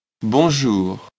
Bonjour